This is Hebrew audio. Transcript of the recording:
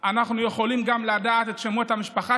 אנחנו יכולים גם לדעת את שמות המשפחה